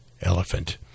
elephant